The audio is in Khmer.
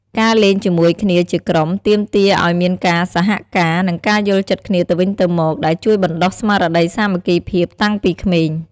ការលេងជាមួយគ្នាជាក្រុម ទាមទារឱ្យមានការសហការ និងការយល់ចិត្តគ្នាទៅវិញទៅមក ដែលជួយបណ្ដុះស្មារតីសាមគ្គីភាពតាំងពីក្មេង។